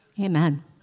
Amen